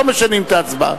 לא משנים את ההצבעה.